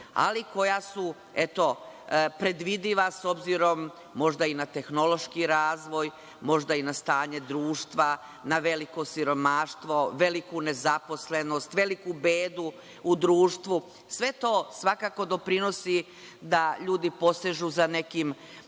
ali koja su predvidiva s obzirom, možda i na tehnološki razvoj, možda i na stanje društva, na veliko siromaštvo, veliku nezaposlenost, veliku bedu u društvu. Sve to svakako doprinosi da ljudi posežu za nekim